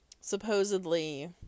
supposedly